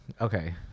okay